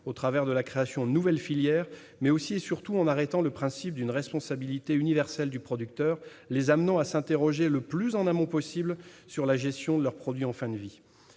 au travers de la création de nouvelles filières, mais aussi, et surtout, en arrêtant le principe d'une responsabilité universelle du producteur l'amenant à s'interroger le plus en amont possible sur la gestion de ses produits en fin de vie.